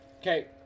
Okay